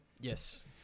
Yes